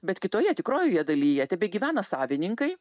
bet kitoje tikroje dalyje tebegyvena savininkai